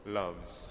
loves